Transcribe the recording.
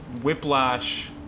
whiplash